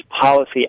policy